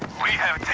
we have